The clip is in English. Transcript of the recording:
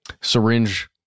syringe